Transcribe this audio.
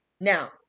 Now